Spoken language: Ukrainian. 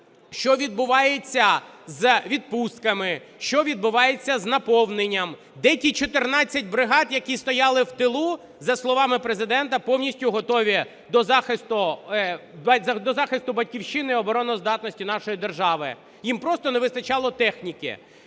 що відбувається з відпустками, що відбувається з наповненням? Де ті 14 бригад, які стояли в тилу, за словами Президента, повністю готові до захисту батьківщини і обороноздатності нашої держави? Їм просто не вистачало техніки.